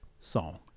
song